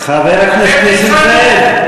חבר הכנסת נסים זאב.